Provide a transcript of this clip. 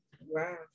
wow